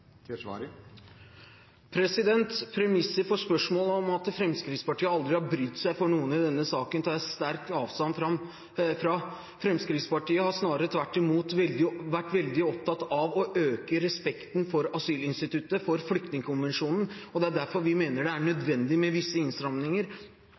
Premisset for spørsmålet, at Fremskrittspartiet aldri har brydd seg om noen i denne saken, tar jeg sterk avstand fra. Fremskrittspartiet har snarere tvert imot vært veldig opptatt av å øke respekten for asylinstituttet, for flyktningkonvensjonen, og det er derfor vi mener det er nødvendig med visse innstramninger.